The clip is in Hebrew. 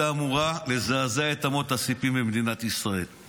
אמורה לזעזע את אמות הסיפים במדינת ישראל.